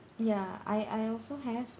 ya I I also have